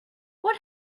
what